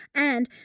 and,